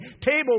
table